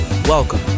Welcome